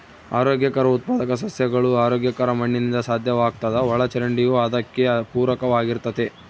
ಆರೋಗ್ಯಕರ ಉತ್ಪಾದಕ ಸಸ್ಯಗಳು ಆರೋಗ್ಯಕರ ಮಣ್ಣಿನಿಂದ ಸಾಧ್ಯವಾಗ್ತದ ಒಳಚರಂಡಿಯೂ ಅದಕ್ಕೆ ಪೂರಕವಾಗಿರ್ತತೆ